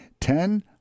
Ten